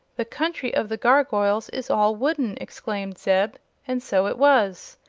the country of the gargoyles is all wooden! exclaimed zeb and so it was.